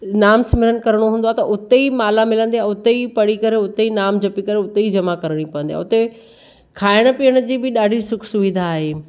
नाम सिमरन करिणो हूंदो आहे त उते ई माला मिलंदी आहे उते ई पढ़ी करे उते ई नाम जपी करे उते ई जमा करिणी पवंदी आहे उते खाइणु पीअण जी बि ॾाढी सुखु सुविधा आहे